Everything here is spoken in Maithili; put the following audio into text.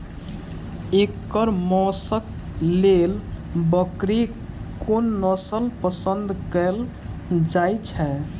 एकर मौशक लेल बकरीक कोन नसल पसंद कैल जाइ छै?